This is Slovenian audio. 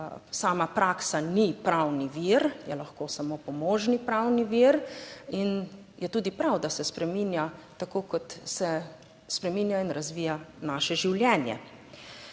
sama praksa ni pravni vir, je lahko samo pomožni pravni vir in je tudi prav, da se spreminja, tako kot se spreminja in razvija naše življenje.